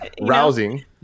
rousing